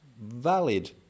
valid